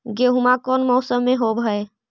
गेहूमा कौन मौसम में होब है?